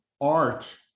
art